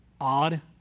odd